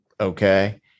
okay